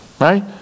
Right